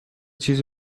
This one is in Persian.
چیزی